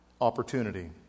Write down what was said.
opportunity